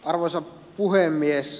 arvoisa puhemies